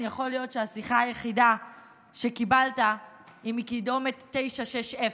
יכול להיות שהשיחה היחידה שקיבלת היא מקידומת 960,